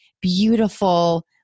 beautiful